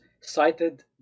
cited